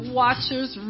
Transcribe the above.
watchers